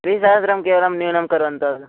त्रिसहस्रं केवलं न्यूनं कुर्वन्तु